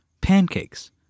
pancakes